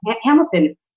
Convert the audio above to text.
hamilton